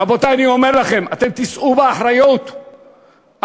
רבותי, אני אומר לכם, אתם תישאו באחריות הזאת.